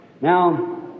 Now